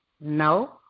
No